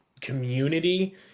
community